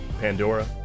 Pandora